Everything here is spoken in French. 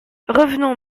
revenons